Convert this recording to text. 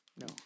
No